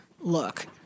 look